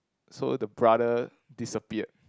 so the brother disappeared